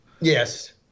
Yes